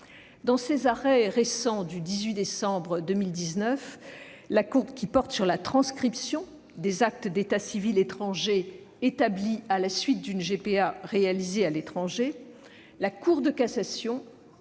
Dans ses arrêts récents, du 18 décembre dernier, portant sur la transcription des actes d'état civil étrangers établis à la suite d'une GPA réalisée à l'étranger, la Cour de cassation